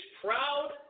proud